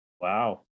Wow